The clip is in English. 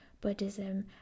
Buddhism